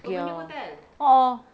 okay ah a'ah